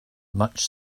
much